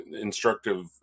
instructive